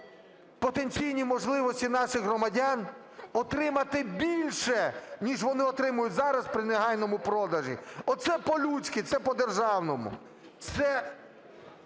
потенційні можливості наших громадян отримати більше ніж вони отримують зараз при негайному продажі. Оце по-людськи, це по-державному.